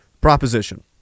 proposition